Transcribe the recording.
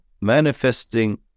manifesting